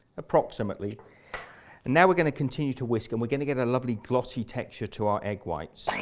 approximately and now we're going to continue to whisk and we're going to get a lovely glossy texture to our egg whites